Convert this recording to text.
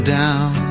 down